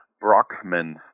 Brockman